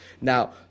Now